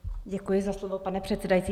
Děkuji za slovo, pane předsedající.